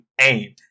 aim